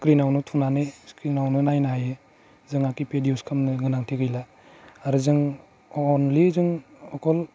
स्क्रिनावनो थुनानै स्क्रिनआवनो नायनो हायो जोंहा किपेड इउस खालामनो गोनांथि गैला आरो जों अनलि जों अकल